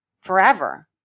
forever